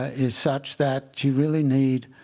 ah is such that you really need